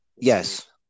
Yes